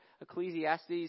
Ecclesiastes